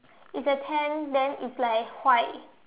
it's a tent then it's like white